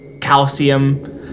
calcium